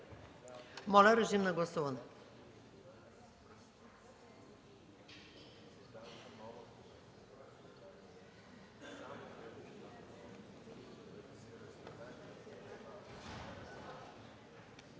Моля, режим на гласуване.